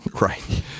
right